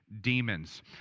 demons